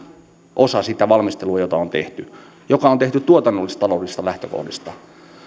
osa sitä valmistelua jota on tehty joka on tehty tuotannollis taloudellisista lähtökohdista